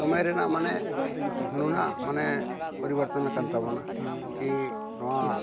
ᱥᱚᱢᱚᱭ ᱨᱮᱱᱟᱜ ᱢᱟᱱᱮ ᱱᱩᱱᱟᱹᱜ ᱢᱟᱱᱮ ᱯᱚᱨᱤᱵᱚᱨᱛᱚᱱ ᱟᱠᱟᱱ ᱛᱟᱵᱚᱱᱟ ᱠᱤ ᱱᱚᱣᱟ